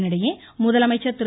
இதனிடையே முதலமைச்சர் திரு